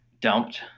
Dumped